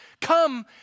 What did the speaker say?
come